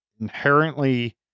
inherently